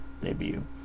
debut